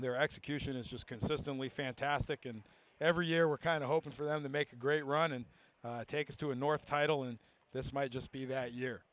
their execution is just consistently fantastic and every year we're kind of hoping for them to make a great run and take us to a north title and this might just be that year